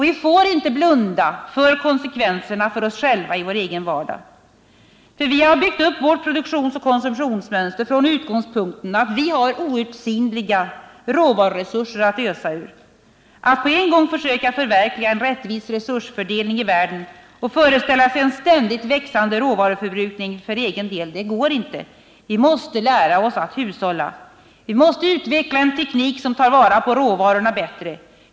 Vi får inte blunda för konsekvenserna för oss själva i vår egen vardag, för vi har byggt upp vårt produktionsoch konsumtionsmönster från utgångspunkten att vi har outsinliga råvaruresurser att ösa ur. Att på en gång försöka förverkliga rättvis resursfördelning i världen och föreställa sig en ständigt växande råvaruförbrukning för egen del går inte. Vi måste lära oss att hushålla. Vi måste utveckla en teknik som tar vara på råvarorna bättre.